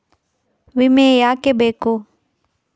ವಿಮೆ ಯಾಕೆ ಬೇಕು?